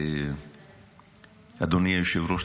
אדוני היושב-ראש,